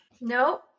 No